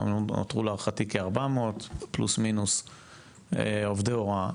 נותרו להערכתי כ-400 פלוס מינוס עובדי הוראה.